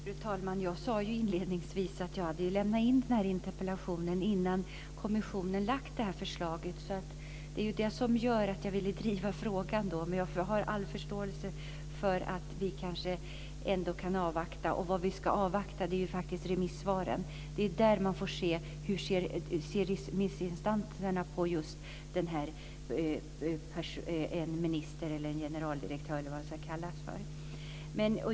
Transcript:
Fru talman! Jag sade inledningsvis att jag hade väckt interpellationen innan kommissionen hade lagt fram förslaget. Det är det som gör att jag ville driva frågan. Jag har all förståelse för att vi kan avvakta. Vi ska avvakta remissvaren. Det är där man får se hur remissinstanserna ser på frågan om en minister eller generaldirektör.